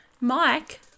Mike